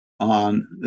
on